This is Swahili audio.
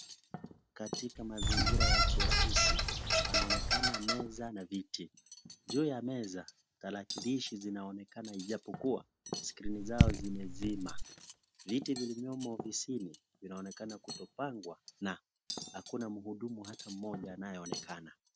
Katika mazingira ya kiofisi ,panaonekana meza na viti, juu ya meza tarakilishi zinaonekana ijapokuwa skrini zao zimezima, viti viliyomo ofisini zinaonekana kutopangwwa na hakuna mhudumu hata mmoja anayeonekana.